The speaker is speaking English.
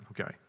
okay